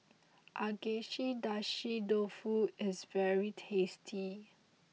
Agedashi Dofu is very tasty